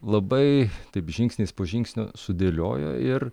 labai taip žingsnis po žingsnio sudėliojo ir